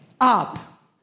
up